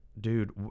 dude